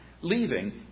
leaving